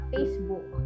Facebook